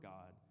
God